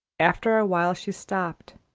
after a while she stopped,